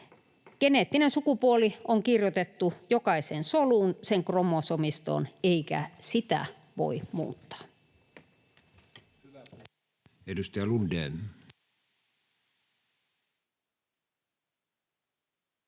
Geneettinen sukupuoli on kirjoitettu jokaiseen soluun, sen kromosomistoon, eikä sitä voi muuttaa.